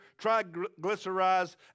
triglycerides